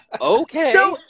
okay